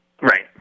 Right